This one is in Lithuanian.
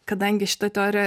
kadangi šita teorija